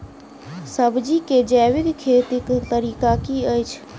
सब्जी केँ जैविक खेती कऽ तरीका की अछि?